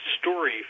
story